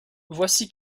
voici